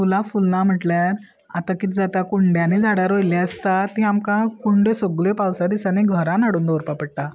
फुलां फुलना म्हटल्यार आतां किद जाता कुंड्यानी झाडां रोयल्ली आसता ती आमकां कुंड्यो सगल्यो पावसा दिसांनी घरान हाडून दवरपा पडटा